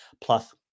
plus